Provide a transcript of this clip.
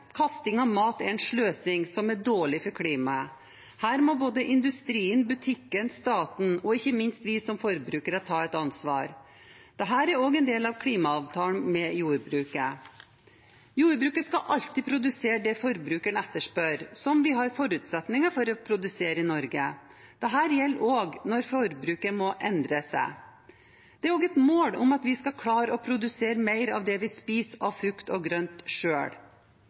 Kasting av mat er en sløsing som er dårlig for klimaet. Her må både industrien, butikkene, staten og ikke minst vi som forbrukere ta et ansvar. Dette er også en del av klimaavtalen med jordbruket. Jordbruket skal alltid produsere det forbrukeren etterspør som vi har forutsetninger for å produsere i Norge. Dette gjelder også når forbruket måtte endre seg. Det er også et mål at vi skal klare å produsere mer av det vi spiser av frukt og grønt